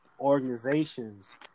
organizations